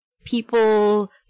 people